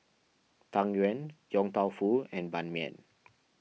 Tang Yuen Yong Tau Foo and Ban Mian